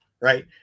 right